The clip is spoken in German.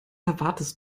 erwartest